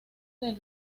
del